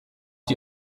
die